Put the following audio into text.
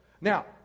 Now